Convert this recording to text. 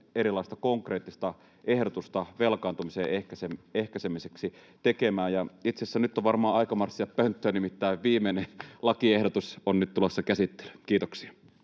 erilaista konkreettista ehdotusta velkaantumisen ehkäisemiseksi tekemään. Itse asiassa nyt on varmaan aika marssia pönttöön, nimittäin viimeinen lakiehdotus on nyt tulossa käsittelyyn. — Kiitoksia.